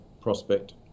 prospect